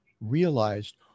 realized